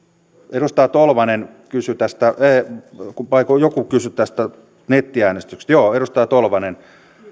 edustaja tolvanen kysyi tai joku kysyi tästä nettiäänestyksestä joo edustaja tolvanen